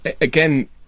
Again